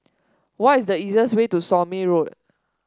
what is the easiest way to Somme Road